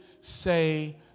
say